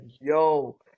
yo